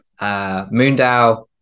Moondao